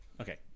Okay